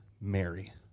Mary